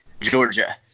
Georgia